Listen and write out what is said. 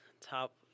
top